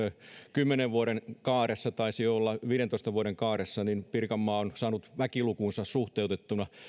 kymmenen vuoden kaaressa taisi olla viidentoista vuoden kaaressa että pirkanmaa on saanut väkilukuunsa suhteutettuna